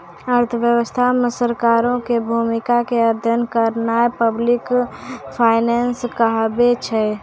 अर्थव्यवस्था मे सरकारो के भूमिका के अध्ययन करनाय पब्लिक फाइनेंस कहाबै छै